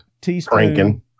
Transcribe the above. teaspoon